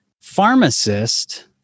pharmacist